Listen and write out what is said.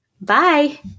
Bye